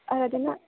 ಅದನ್ನು